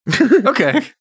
Okay